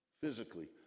Physically